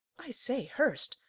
i say, hurst,